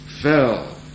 fell